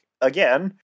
again